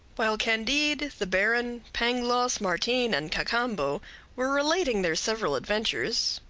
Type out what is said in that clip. while candide, the baron, pangloss, martin, and cacambo were relating their several adventures,